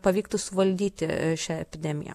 pavyktų suvaldyti šią epidemiją